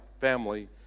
family